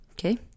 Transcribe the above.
Okay